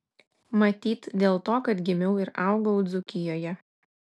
matyt dėl to kad gimiau ir augau dzūkijoje